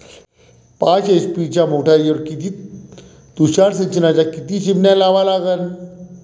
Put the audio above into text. पाच एच.पी च्या मोटारीवर किती तुषार सिंचनाच्या किती चिमन्या लावा लागन?